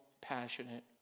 passionate